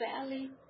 valley